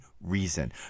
reason